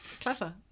Clever